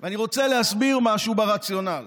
אני רוצה להסביר משהו ברציונל: